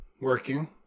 working